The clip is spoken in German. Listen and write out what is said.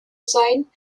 sein